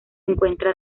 encuentra